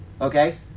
okay